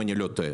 אם אני לא טועה.